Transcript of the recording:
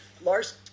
Lars